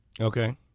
Okay